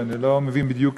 שאני לא מבין בדיוק